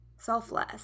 Selfless